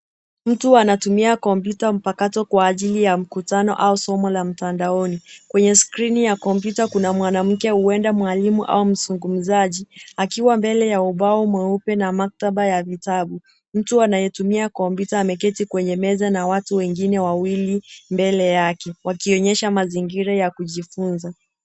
Mtu anatumia kompyuta mpakato kwa ajili ya mkutano au somo la mtandaoni. Kwenye skrini ya kompyuta kuna mwanamke huenda mwalimu au mzungumzaji akiwa mbele ya ubao mweupe na maktaba ya vitabu. Mtu anaye tumia kompyuta ameketi kwenye meza na watu wengine wawili mbele yake wakionyesha mazingira ya kujifunza.